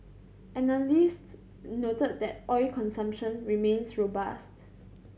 analysts noted that oil consumption remains robust